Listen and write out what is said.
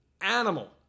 animal